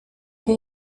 che